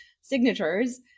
signatures